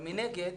מנגד,